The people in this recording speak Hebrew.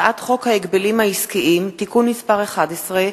הצעת חוק ההגבלים העסקיים (תיקון מס' 11),